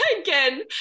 again